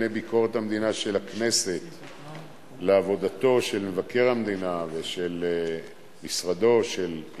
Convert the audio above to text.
ביקורת המדינה בשנתיים וחודשיים או שלושה חודשים